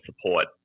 support